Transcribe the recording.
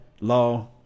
Law